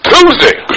Tuesday